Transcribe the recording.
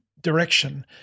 direction